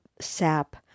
sap